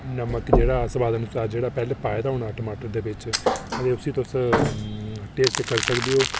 नमक जेह्ड़ा स्वाद अनुसार जेह्ड़ा पैह्ले पाए दा होना टमाटर दे बिच ते उसी तुस टेस्ट कर सकदे ओ